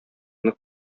нык